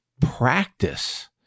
practice